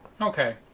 Okay